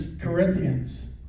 Corinthians